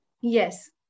Yes